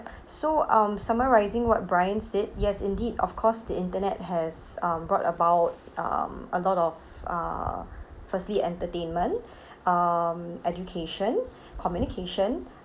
so um summarizing what bryan said yes indeed of course the internet has um brought about um a lot of uh firstly entertainment um education communication